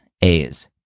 A's